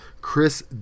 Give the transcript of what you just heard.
Chris